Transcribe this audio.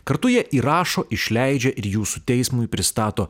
kartu jie įrašo išleidžia ir jūsų teismui pristato